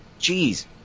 jeez